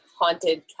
haunted